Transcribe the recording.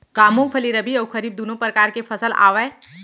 का मूंगफली रबि अऊ खरीफ दूनो परकार फसल आवय?